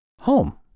home